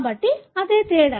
కాబట్టి అదే తేడా